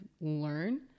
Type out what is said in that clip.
learn